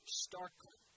starkly